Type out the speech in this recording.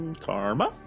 karma